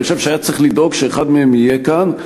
אני חושב שהיה צריך לדאוג שאחד מהם יהיה כאן,